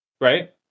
Right